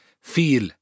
feel